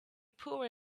poor